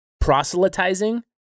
proselytizing